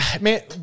Man